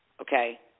Okay